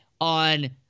on